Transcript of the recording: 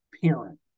parent